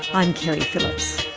i'm keri phillips.